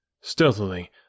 Stealthily